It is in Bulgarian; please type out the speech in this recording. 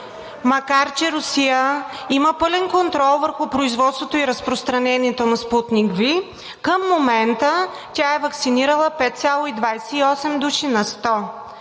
Макар че Русия има пълен контрол върху производството и разпространението на „Спутник V“, към момента тя е ваксинирала 5,28 души на 100.